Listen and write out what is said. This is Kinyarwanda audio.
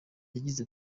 yagize